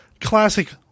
classic